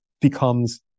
becomes